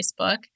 Facebook